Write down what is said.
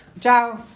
ciao